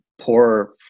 poor